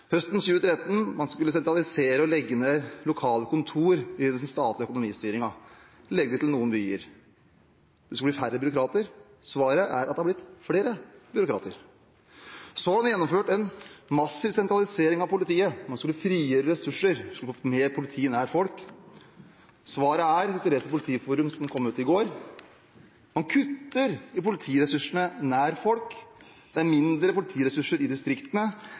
Høsten 2013 skulle man sentralisere og legge ned lokale kontorer i den statlige økonomistyringen og legge dem til noen byer. Det skulle bli færre byråkrater. Svaret er at det har blitt flere byråkrater. Så har man gjennomført en massiv sentralisering av politiet. Man skulle frigjøre ressurser, man skulle få mer politi nær folk. Svaret er – hvis vi leser Politiforum som kom ut i går – at man kutter i politiressursene nær folk. Det er mindre politiressurser i distriktene,